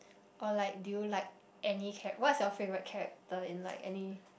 or like do you like any char~ what's your favourite character in like any